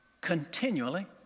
continually